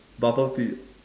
bubble tea